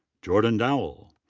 jordan dowell.